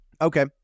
Okay